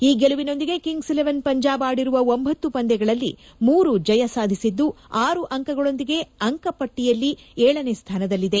ಈ ಗೆಲುವಿನೊಂದಿಗೆ kings eleven Punjab ಆಡಿರುವ ಒಂಬತ್ತು ಪಂದ್ಯಗಳಲ್ಲಿ ಮೂರು ಜಯ ಸಾಧಿಸಿದ್ದು ಆರು ಅಂಕಗಳೊಂದಿಗೆ ಅಂಕ ಪಟ್ಟಿಯಲ್ಲಿ ಏಳನೇ ಸ್ಥಾನದಲ್ಲಿದೆ